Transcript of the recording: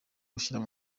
gushyira